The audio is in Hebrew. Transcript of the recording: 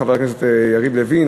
חבר הכנסת יריב לוין,